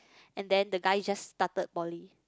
and then the guy just started poly